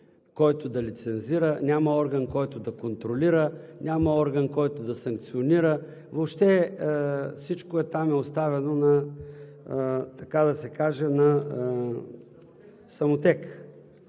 който да лицензира, няма орган, който да контролира, няма орган, който да санкционира, въобще всичко там е оставено, така